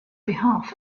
behalf